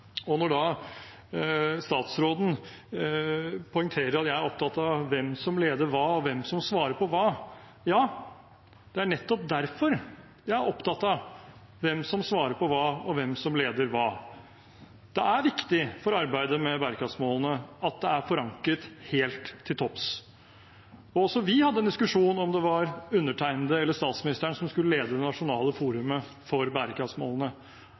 Og når da statsråden poengterer at jeg er opptatt av hvem som leder hva, og hvem som svarer på hva – vel, det er nettopp derfor jeg er opptatt av hvem som svarer på hva, og hvem som leder hva. Det er viktig for arbeidet med bærekraftsmålene at det er forankret helt til topps. Også vi hadde en diskusjon om det var undertegnede eller statsministeren som skulle lede det nasjonale forumet for bærekraftsmålene,